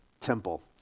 temple